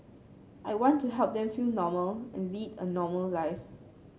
I want to help them feel normal and lead a normal life